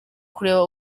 kureba